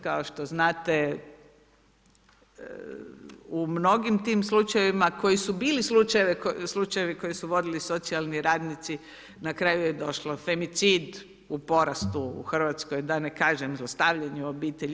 Kao što znate u mnogim tim slučajevima koji su bili slučajevi koje su vodili socijalni radnici na kraju je došlo femicid u porastu u Hrvatskoj, da ne kažem zlostavljanje u obitelji.